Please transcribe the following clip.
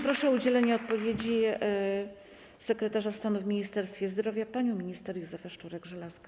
Proszę o udzielenie odpowiedzi sekretarz stanu w Ministerstwie Zdrowia panią minister Józefę Szczurek-Żelazko.